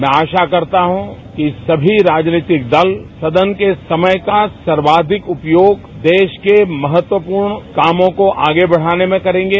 मैं आशा करता हूं कि सभी राजनीतिक दल सदन के समय का सर्वाधिक उपयोग देश के महत्वपूर्ण कामों को आगे बढाने में करेंगे